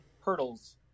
hurdles